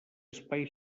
espai